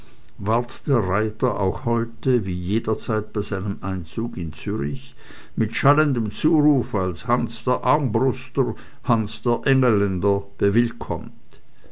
der reiter auch heute wie jederzeit bei seinem einzug in zürich mit schallendem zuruf als hans der armbruster hans der engelländer